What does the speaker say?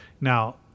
now